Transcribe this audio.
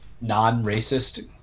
non-racist